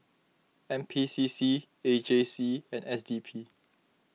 N P C C A J C and S D P